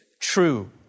true